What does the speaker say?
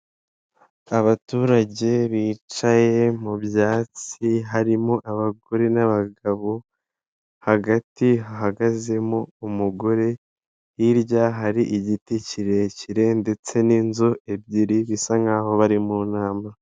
Abaturage bicaye mu byatsi harimo abagore n'abagabo, hagati ha hagazemo umugore hirya hari igiti kirekire ndetse n'inzu ebyiri zisa nkaho bari mu nama.